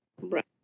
Right